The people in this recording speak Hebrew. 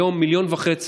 היום 1.5 מיליון תושבים,